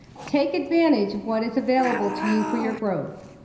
take advantage of what is available to you for your growth.